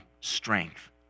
strength